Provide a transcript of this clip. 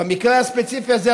במקרה הספציפי הזה,